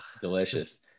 Delicious